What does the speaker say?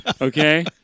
okay